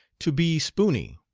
to be spooney